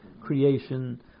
creation